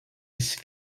jis